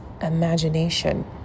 imagination